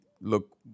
look